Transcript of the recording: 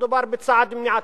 שמדובר בצעד מניעתי.